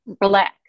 Relax